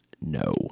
no